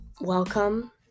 welcome